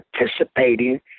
participating